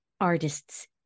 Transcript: artists